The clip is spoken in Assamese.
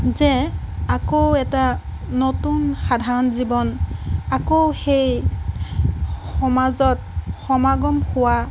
যে আকৌ এটা নতুন সাধাৰণ জীৱন আকৌ সেই সমাজত সমাগম হোৱা